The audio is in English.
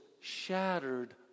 shattered